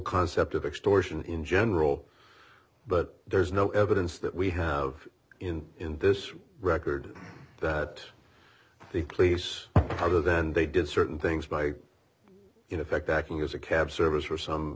concept of extortion in general but there's no evidence that we have in in this record that the police are then they did certain things by in effect acting as a cab service or some